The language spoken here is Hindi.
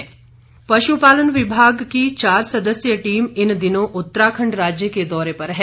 पशुपालन पश्पालन विभाग की चार सदस्यीय टीम इन दिनों उत्तराखंड राज्य के दौरे पर है